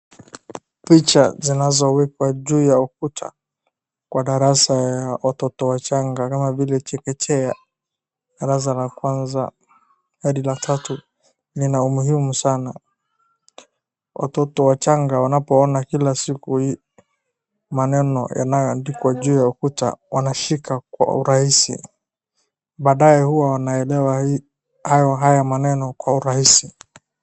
Picha zinazowekwa juu ya ukuta Kwa darasa ya watoto wachanga kama vile chekechea, darasa la kwanza hadi la tatu Zina umuhimu sana. Watoto wachanga wanapoona Kila siku hii maneno yanayoandikwa juu ya ukuta wanashika Kwa urahisi. Badae huwa wanaelewa hayo maneno Kwa urahisi.